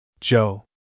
Joe